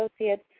associates